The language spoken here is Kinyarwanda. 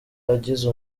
agize